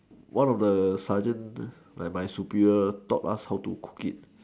one of the sergeant like my superior taught us how to cook it